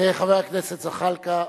חבר הכנסת זחאלקה.